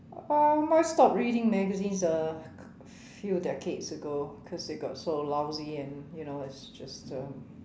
um I stopped reading magazines a few decades ago cause they got so lousy and you know it's just um